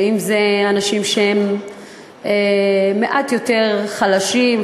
אם זה אנשים שהם מעט יותר חלשים,